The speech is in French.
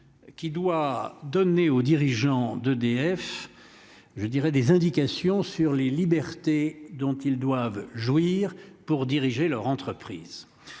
Qui doit donner aux dirigeants d'EDF. Je dirais des indications sur les libertés dont ils doivent jouir pour diriger leur entreprise.